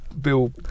Bill